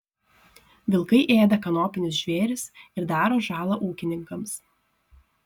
vilkai ėda kanopinius žvėris ir daro žalą ūkininkams